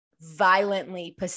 violently